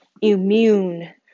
immune